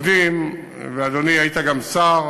כשעובדים, ואדוני, היית גם שר